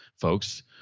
folks